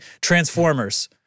Transformers